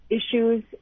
issues